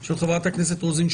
של חברת הכנסת רוזין,